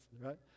right